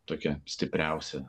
tokia stipriausia